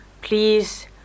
Please